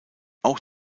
auch